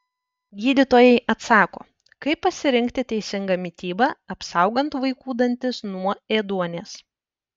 gydytojai atsako kaip pasirinkti teisingą mitybą apsaugant vaikų dantis nuo ėduonies